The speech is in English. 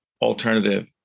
alternative